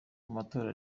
amatora